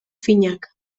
finak